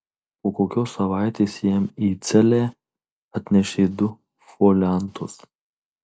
po kokios savaitės jam į celę atnešė du foliantus